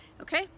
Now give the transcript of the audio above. Okay